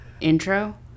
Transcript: intro